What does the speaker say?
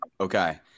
okay